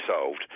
solved